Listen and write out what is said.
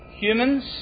humans